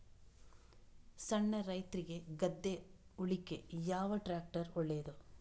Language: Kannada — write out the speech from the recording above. ಸಣ್ಣ ರೈತ್ರಿಗೆ ಗದ್ದೆ ಉಳ್ಳಿಕೆ ಯಾವ ಟ್ರ್ಯಾಕ್ಟರ್ ಒಳ್ಳೆದು?